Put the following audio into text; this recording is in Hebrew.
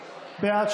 ולאימהות),